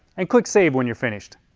and click save when you are finished.